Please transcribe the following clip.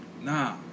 Nah